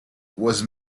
was